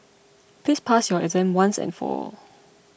please pass your exam once and for all